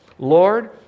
Lord